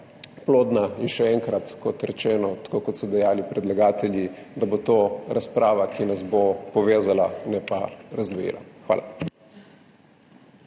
In še enkrat, kot rečeno, tako kot so dejali predlagatelji, da bo to razprava, ki nas bo povezala, ne pa razdvojila. Hvala.